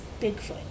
Bigfoot